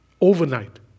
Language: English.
Overnight